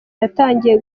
yatangiye